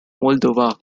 moldova